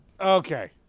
Okay